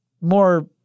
more